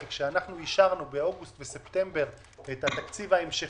כי כאשר אישרנו באוגוסט ובספטמבר את התקציב ההמשכי,